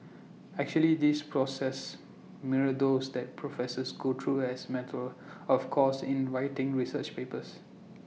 actually these processes mirror those that professors go through as matter of course in writing research papers